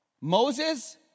Moses